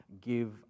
give